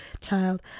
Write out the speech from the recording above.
child